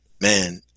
man